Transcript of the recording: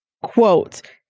quote